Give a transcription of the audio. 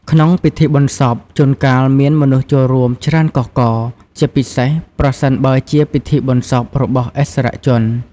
ក្នុងពិធីបុណ្យសព ជួនកាលមានមនុស្សចូលរួមច្រើនកុះករ ជាពិសេសប្រសិនបើជាពិធីបុណ្យសពរបស់ឥស្សរជន។